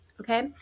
okay